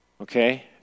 Okay